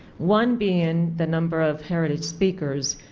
one being the number of heritage speakers.